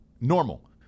Normal